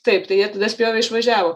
taip tai jie tada spjovė išvažiavo